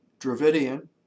Dravidian